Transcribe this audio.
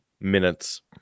minutes